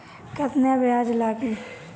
केतना ब्याज लागी?